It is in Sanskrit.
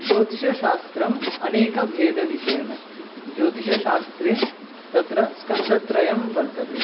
ज्योतिषशास्त्रम् अनेकभेदविषयमस्ति ज्योतिषशास्त्रे तत्र स्कन्धत्रयं वर्तते